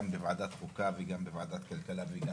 גם בוועדת החוקה וגם בוועדת הכלכלה והתעשייה.